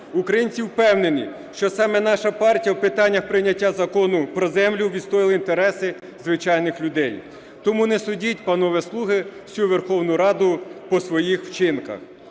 Українці впевнені, що саме наша партія у питаннях прийняття Закону про землю відстоювала інтереси звичайних людей. Тому не судіть, панове слуги, всю Верховну Раду по своїх вчинках.